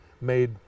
made